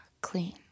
clean